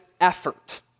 effort